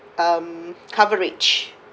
um coverage